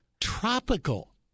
tropical